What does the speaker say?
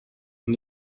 and